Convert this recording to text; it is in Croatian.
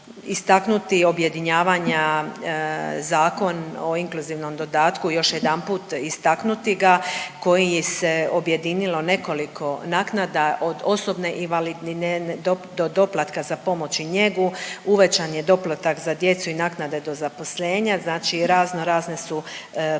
istaknuti objedinjavanja Zakon o inkluzivnom dodatku još jedanput istaknuti ga koji se objedinilo nekoliko naknada od osobne invalidnine do doplatka za pomoć i njegu, uvećan je doplatak za djecu i naknade do zaposlenja, znači raznorazne su potpore